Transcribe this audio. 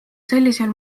sellisel